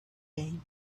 thing